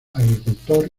agricultor